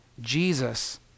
Jesus